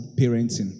parenting